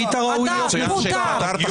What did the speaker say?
היית ראוי להיות מפוטר.